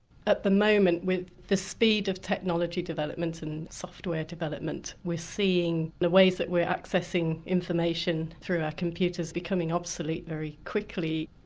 at the moment with the speed of technology development and software development, we're seeing the ways that we're accessing information through our computers becoming obsolete very quickly.